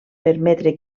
permetre